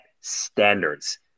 standards